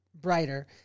brighter